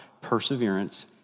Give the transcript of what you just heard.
perseverance